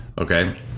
Okay